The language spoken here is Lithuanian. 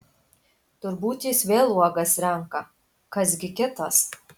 turbūt jis vėl uogas renka kas gi kitas